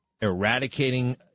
eradicating